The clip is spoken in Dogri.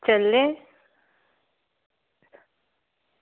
चलने